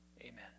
Amen